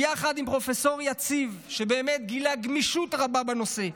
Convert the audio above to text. יחד עם פרופ' יציב, שבאמת גילה גמישות רבה בנושא,